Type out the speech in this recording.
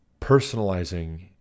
personalizing